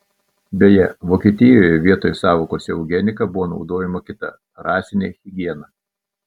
beje vokietijoje vietoj sąvokos eugenika buvo naudojama kita rasinė higiena